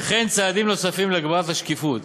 וכן צעדים נוספים להגברת השקיפות